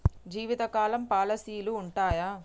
జీవితకాలం పాలసీలు ఉంటయా?